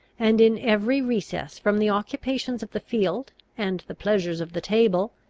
and, in every recess from the occupations of the field and the pleasures of the table,